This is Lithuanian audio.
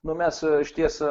na mes iš ties